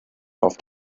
auf